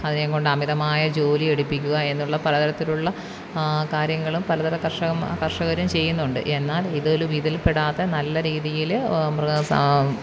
അതിനെയും കൊണ്ട് അമിതമായ ജോലി എടുപ്പിക്കുക എന്നുള്ള പലതരത്തിലുള്ള കാര്യങ്ങളും പലതര കർഷകന്മാ കർഷകരും ചെയ്യുന്നുണ്ട് എന്നാൽ ഇതിൽ ഇതിൽപ്പെടാത്ത നല്ല രീതിയിൽ മൃഗ സാ